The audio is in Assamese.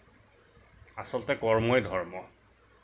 আচলতে কৰ্মই ধৰ্ম